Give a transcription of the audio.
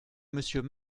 monsieur